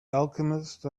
alchemist